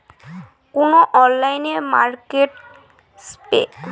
কুনো online marketplace আছে যেইঠে কৃষকগিলা উমার মালপত্তর সরাসরি বিক্রি করিবার পারে?